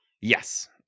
Yes